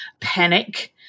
panic